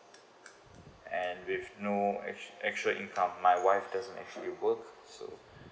and with no act~ actual income my wife doesn't actually work so